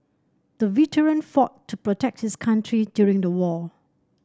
the veteran fought to protect his country during the war